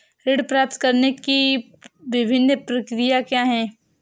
ऋण प्राप्त करने की विभिन्न प्रक्रिया क्या हैं?